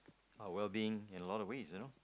our well being in a lot of ways you know